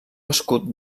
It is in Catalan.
escut